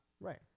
Right